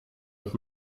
und